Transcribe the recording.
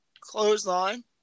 clothesline